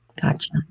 Gotcha